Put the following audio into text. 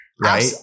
right